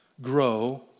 grow